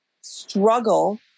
struggle